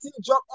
job